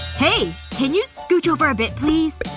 hey. can you scooch over a bit please?